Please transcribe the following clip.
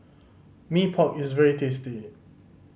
Mee Pok is very tasty